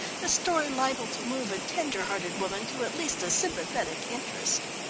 a story liable to move a tender-hearted woman to at least a sympathetic interest.